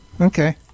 Okay